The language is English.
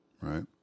right